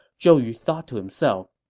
zhou yu thought to himself,